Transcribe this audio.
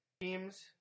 teams